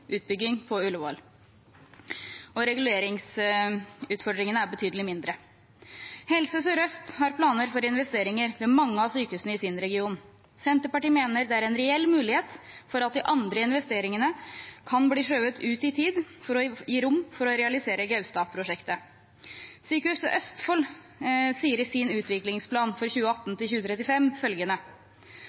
utbygging på Ullevål. Reguleringsutfordringene er betydelig mindre. Helse Sør-Øst har planer for investeringer ved mange av sykehusene i sin region. Senterpartiet mener det er en reell mulighet for at de andre investeringene kan bli skjøvet ut i tid for å gi rom for å realisere Gaustad-prosjektet. Sykehuset Østfold sier i sin utviklingsplan for 2018–2035 at fra åpning av nytt sykehus i 2015 til dags dato, mai 2018,